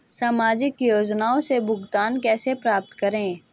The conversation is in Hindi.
सामाजिक योजनाओं से भुगतान कैसे प्राप्त करें?